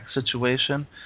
situation